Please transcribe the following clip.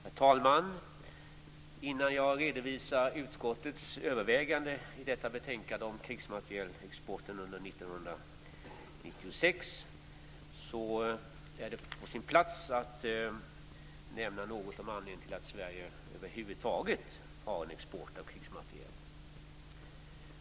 Herr talman! Innan jag redovisar utskottets överväganden i detta betänkande om krigsmaterielexporten under 1996 är det på sin plats att nämna något om anledningen till att Sverige över huvud taget har en export av krigsmateriel.